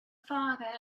father